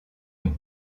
nous